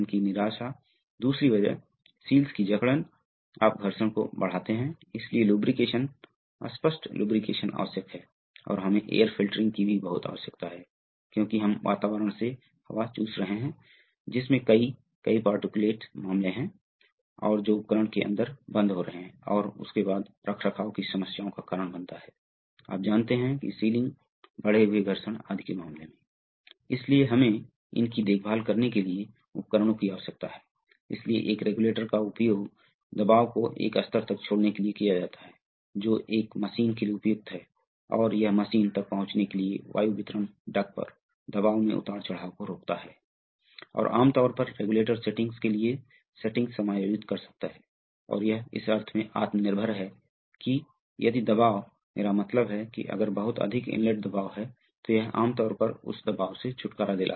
तो आपके पास एक प्रभावी फीडबैक व्यवस्था है जहां क्या आ रहा है यह गति एक्स द्वारा बनाई गई गति है यह फीडबैक डब्ल्यू द्वारा बनाई गई गति है और यह किसी भी समय शुद्ध गति जेड है जो बनाने जा रहा है गति एक प्रवाह बनाता है और यह प्रवाह लाभ है इसलिए यह एक बड़ा वोलूमेट्रिक प्रवाह बनाने जा रहा है जो कि एपी को विभाजित करेगा आपको रेखीय गति देगा एपी जो पिस्टन का क्षेत्र है एकीकृत है 1एस 1S आपको विमान की गति प्रदान करेगा इसलिए यह नियंत्रण प्रणाली है जो प्रभावी है और यहां स्थानांतरण फ़ंक्शन है इसलिए बीच में स्थानांतरण फ़ंक्शन आप देख सकते हैं कि अब वाई द्वारा एक्स के बीच परिवर्तन वास्तव में है स्थिर अवस्था में s जा रहा है 0 पर जाएं यह a b a होने जा रहा है और यह पहले ऑर्डर ट्रांसफर फ़ंक्शन की तरह कार्य करेगा